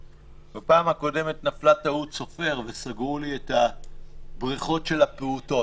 בפעם הקודמת נפלה טעות סופר וסגרו לי את הבריכות של הפעוטות.